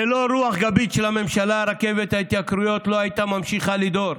ללא רוח גבית של הממשלה רכבת ההתייקרויות לא הייתה ממשיכה לדהור.